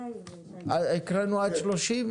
הקראנו עד 30?